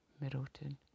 Middleton